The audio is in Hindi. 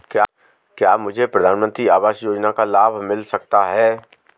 क्या मुझे प्रधानमंत्री आवास योजना का लाभ मिल सकता है?